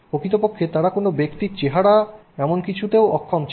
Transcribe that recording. প্রকৃতপক্ষে তারা কোনও ব্যক্তির চেহারা এমন কিছুতেও অক্ষম ছিল